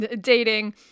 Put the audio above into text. dating